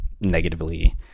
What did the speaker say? negatively